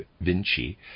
Vinci